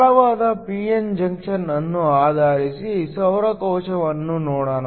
ಸರಳವಾದ p n junction ಅನ್ನು ಆಧರಿಸಿದ ಸೌರ ಕೋಶವನ್ನು ನೋಡೋಣ